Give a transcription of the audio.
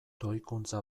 doikuntza